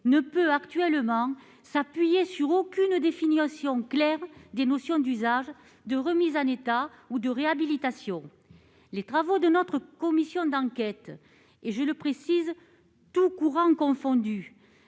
ne peut s'appuyer sur aucune définition claire des notions d'usage, de remise en état ou de réhabilitation. Les travaux de notre commission d'enquête, tous courants politiques confondus,